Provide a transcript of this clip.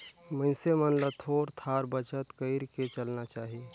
मइनसे मन ल थोर थार बचत कइर के चलना चाही